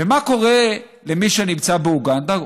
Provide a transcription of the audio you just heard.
מה קורה למי שנמצא באוגנדה?